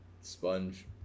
sponge